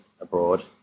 abroad